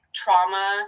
trauma